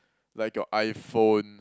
like your iPhone